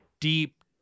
deep